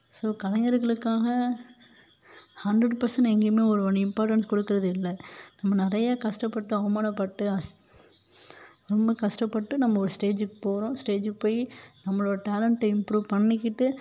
so கலைஞர்களுக்காக hundred percent நான் எங்கேயுமே ஒரு ஒன் இம்பார்டென்ட் கொடுக்குறது இல்லை நம்ம நிறைய கஷ்டப்பட்டு அவமானப்பட்டு ரொம்ப கஷ்டப்பட்டு நம்ம ஒரு ஸ்டேஜுக்கு போகிறோம் ஸ்டேஜுக்கு போய் நம்மளோடய டேலண்ட்ட இம்ப்ரூவ் பண்ணிக்கிட்டு